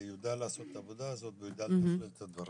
יודע לעשות את העבודה ולתחלל את הדברים.